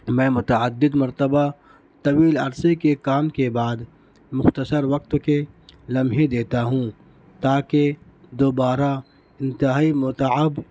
میں متعدد مرتبہ طویل عرصے کے کام کے بعد مختصر وقت کے لمحے دیتا ہوں تاکہ دوبارہ انتہائی متعب